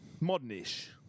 modern-ish